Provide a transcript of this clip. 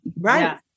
right